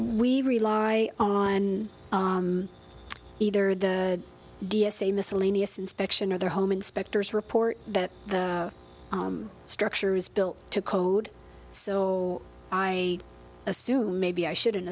we rely on either the d s a miscellaneous inspection or their home inspectors report that the structure is built to code so i assume maybe i shouldn't